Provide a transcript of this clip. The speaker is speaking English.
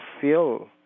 feel